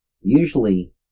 usually